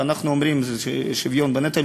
ואנחנו אומרים: שוויון בנטל,